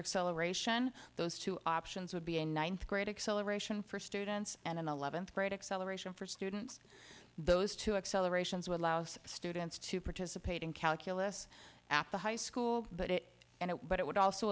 acceleration those two options would be a ninth grade acceleration for students and an eleventh grade acceleration for students those two accelerations woodlouse students to participate in calculus at the high school but it and it but it would also